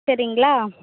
சரிங்களா